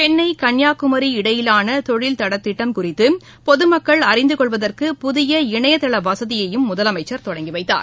சென்னை கன்னியாகுமரி இடையிலானதொழில் தடத்திட்டம் குறித்தபொதுமக்கள் அறிந்துகொள்வதற்கு புதிய இணையதளவசதியையும் முதலமைச்சா் தொடங்கிவைத்தார்